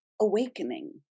awakening